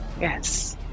yes